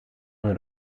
hun